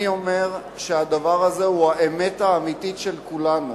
אני אומר שהדבר הזה הוא האמת האמיתית של כולנו.